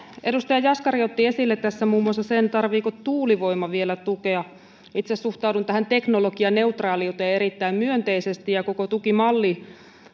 edustaja jaskari otti esille tässä muun muassa sen tarvitseeko tuulivoima vielä tukea itse suhtaudun tähän teknologianeutraaliuteen erittäin myönteisesti ja koko tukimalli